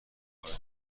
معرف